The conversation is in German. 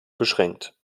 beschränkt